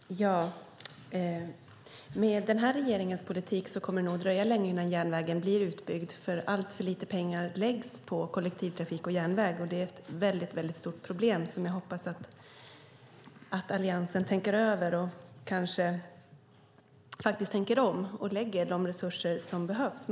Herr talman! Med den här regeringens politik kommer det nog att dröja länge innan järnvägen blir utbyggd. Alltför lite pengar läggs på kollektivtrafik och järnväg, och det är ett mycket stort problem. Jag hoppas att Alliansen tänker över detta och kanske tänker om och tillför de resurser som behövs.